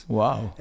wow